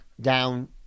down